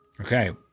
Okay